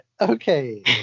Okay